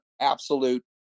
absolute